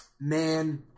Man